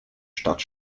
stadt